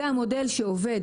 זה מודל שעובד.